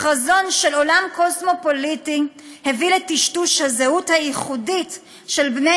החזון של עולם קוסמופוליטי הביא לטשטוש הזהות הייחודית של בני